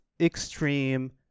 extreme